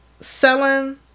selling